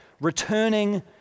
returning